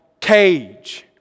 cage